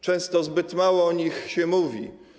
Często zbyt mało o nich się mówi.